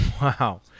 Wow